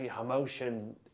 emotion